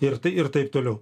ir tai ir taip toliau